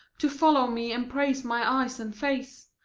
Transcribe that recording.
to follow me and praise my eyes and face?